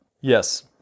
Yes